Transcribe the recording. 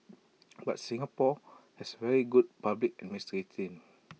but Singapore has very good public administrating